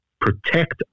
protect